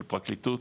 של פרקליטות,